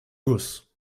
gauss